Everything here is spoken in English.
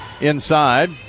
inside